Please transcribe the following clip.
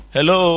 Hello